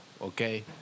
okay